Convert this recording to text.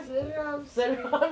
seram seh